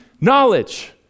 knowledge